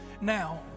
now